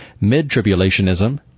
mid-tribulationism